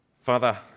Father